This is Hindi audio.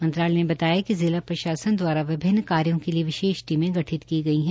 मंत्रालय ने बताया कि जिला प्रशासन द्वारा विभिन्न कार्यो के लिए विशेष टीमें गठित की गई है